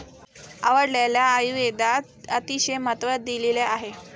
आवळ्याला आयुर्वेदात अतिशय महत्त्व दिलेले आहे